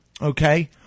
okay